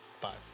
Five